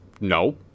No